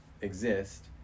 exist